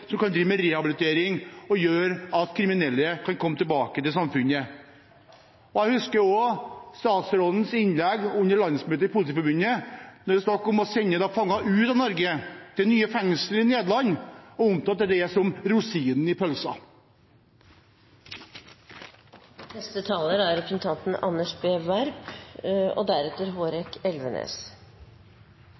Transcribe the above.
kan drive med rehabilitering som gjør at kriminelle kan komme tilbake til samfunnet. Jeg husker statsrådens innlegg under landsmøtet i Politiforbundet. Da det var snakk om å sende fanger ut av Norge til nye fengsler i Nederland, omtalte han det som rosinen i pølsa. La meg først si at det er veldig hyggelig å delta i en justispolitisk debatt sammen med representantene Storberget og